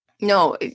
No